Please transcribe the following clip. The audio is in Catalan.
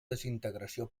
desintegració